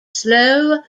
slow